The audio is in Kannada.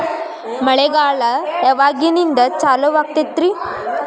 ಮಳೆಗಾಲ ಯಾವಾಗಿನಿಂದ ಚಾಲುವಾಗತೈತರಿ?